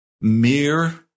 mere